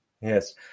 Yes